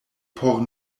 por